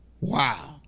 Wow